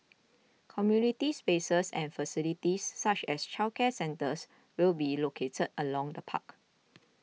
community spaces and facilities such as childcare centres will be located along the park